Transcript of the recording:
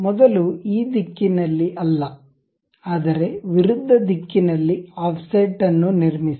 ಮೊದಲು ಈ ದಿಕ್ಕಿನಲ್ಲಿ ಅಲ್ಲ ಆದರೆ ವಿರುದ್ಧ ದಿಕ್ಕಿನಲ್ಲಿ ಆಫ್ಸೆಟ್ ಅನ್ನು ನಿರ್ಮಿಸಿ